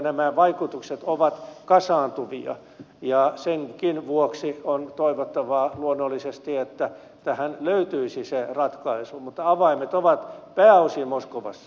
nämä vaikutukset ovat kasaantuvia ja senkin vuoksi on toivottavaa luonnollisesti että tähän löytyisi se ratkaisu mutta avaimet ovat pääosin moskovassa